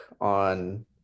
on